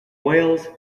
wales